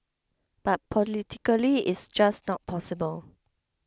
but politically it's just not possible